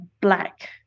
black